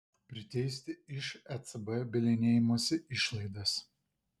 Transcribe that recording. priteisti iš ecb bylinėjimosi išlaidas